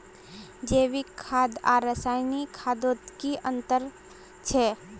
जैविक खाद आर रासायनिक खादोत की अंतर छे?